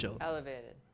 Elevated